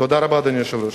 תודה רבה, אדוני היושב-ראש.